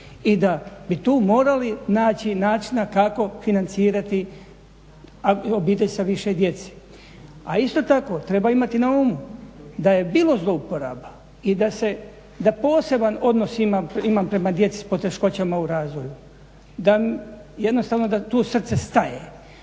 i da bi tu morali naći načina kako financirati obitelj sa više djece. A isto tako treba imati na umu da je bilo zlouporaba i da poseban odnos imam prema djeci s poteškoćama u razvoju jednostavno da tu srce staje,